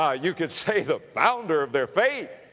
ah you could say the founder of their faith.